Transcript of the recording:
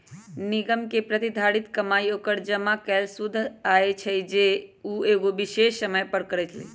निगम के प्रतिधारित कमाई ओकर जमा कैल शुद्ध आय हई जे उ एगो विशेष समय पर करअ लई